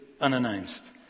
unannounced